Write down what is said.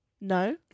No